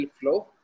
flow